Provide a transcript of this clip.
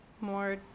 more